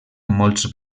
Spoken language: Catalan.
molts